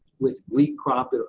with weak crop,